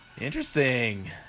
Interesting